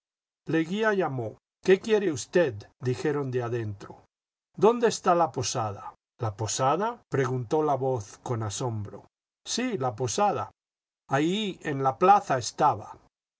leguía llamó qué quiere usted dijeron de adentro dónde está la posada la posada preguntó la voz con asombro sí la posada ahí en la plaza estaba